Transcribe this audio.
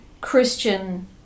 Christian